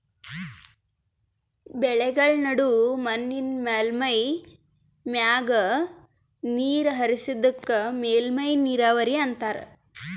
ಬೆಳೆಗಳ್ಮ ನಡು ಮಣ್ಣಿನ್ ಮೇಲ್ಮೈ ಮ್ಯಾಗ ನೀರ್ ಹರಿಸದಕ್ಕ ಮೇಲ್ಮೈ ನೀರಾವರಿ ಅಂತಾರಾ